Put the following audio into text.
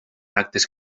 actes